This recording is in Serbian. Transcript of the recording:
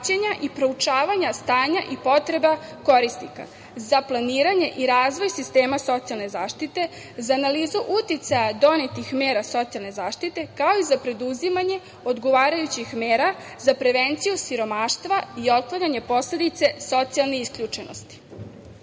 i proučavanja stanja i potreba korisnika za planiranje i razvoj sistema socijalne zaštite, za analizu uticaja donetih mera socijalne zaštite, kao i za preduzimanje odgovarajućih mera za prevenciju siromaštva i otklanjanja posledica socijalne isključenosti. Oblast